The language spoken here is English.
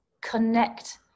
connect